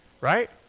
right